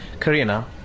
Karina